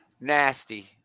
Nasty